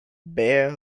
bare